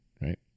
right